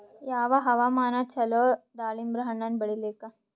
ಯಾವ ಹವಾಮಾನ ಚಲೋ ದಾಲಿಂಬರ ಹಣ್ಣನ್ನ ಬೆಳಿಲಿಕ?